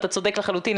אתה צודק לחלוטין,